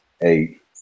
eight